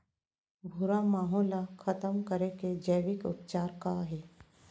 भूरा माहो ला खतम करे के जैविक उपचार का हे?